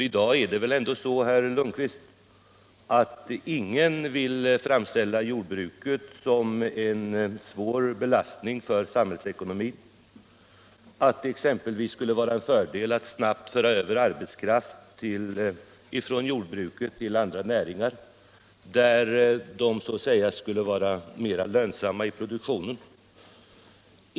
I dag är det väl ändå så, herr Lundkvist, att ingen vill framställa jordbruket som en svår belastning för samhällsekonomin och påstå att det exempelvis skulle vara en fördel att snabbt föra över arbetskraft från jordbruket till andra näringar, där den så att säga skulle vara mer lönsam i produktionen.